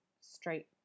straight